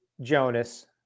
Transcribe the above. Jonas